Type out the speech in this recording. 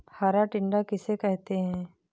हरा टिड्डा किसे कहते हैं?